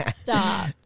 Stop